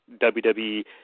WWE